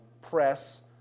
press